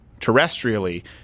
terrestrially